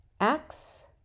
Acts